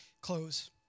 close